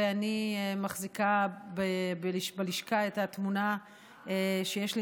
ואני מחזיקה בלשכה את התמונה שיש לי